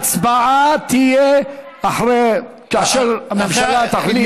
ההצבעה תהיה כאשר הממשלה תחליט,